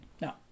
Now